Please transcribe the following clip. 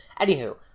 Anywho